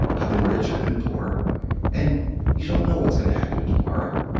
i've been rich, i've been poor and you don't know what's gonna happen tomorrow.